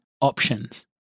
options